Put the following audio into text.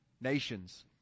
nations